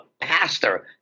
pastor